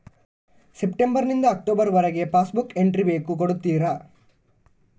September ನಿಂದ October ವರಗೆ passbook entry ಬೇಕು ಕೊಡುತ್ತೀರಾ?